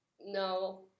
No